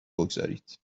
بگذارید